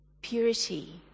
Purity